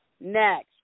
Next